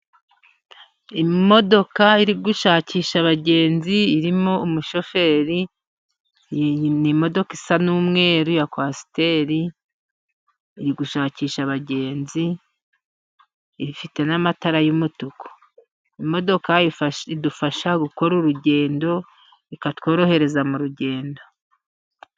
Imodoka iri gushakisha abagenzi, irimo umushoferi. Ni imodoka isa n'umweru ya kwasiteri, iri gushakisha abagenzi. Ifite n'amatara y'umutuku. Imodoka idufasha gukora urugendo ikatworohereza mu rugendo.